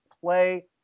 play